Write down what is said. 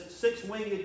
six-winged